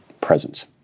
presence